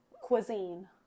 cuisine